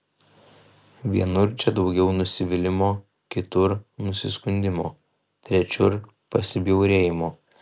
vienur čia daugiau nusivylimo kitur nusiskundimo trečiur pasibjaurėjimo